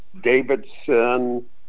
Davidson